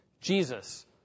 Jesus